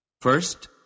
First